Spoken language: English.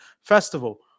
Festival